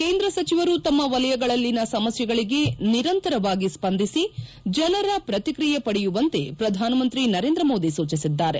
ಕೇಂದ್ರ ಸಚಿವರು ತಮ್ಮ ವಲಯಗಳಲ್ಲಿನ ಸಮಸ್ನೆಗಳಿಗೆ ನಿರಂತರವಾಗಿ ಸ್ಪಂದಿಸಿ ಜನರ ಶ್ರತಿಕ್ರಿಯೆ ಪಡೆಯುವಂತೆ ಪ್ರಧಾನಮಂತ್ರಿ ನರೇಂದ್ರ ಮೋದಿ ಸೂಚಿಸಿದ್ದಾರೆ